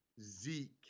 Zeke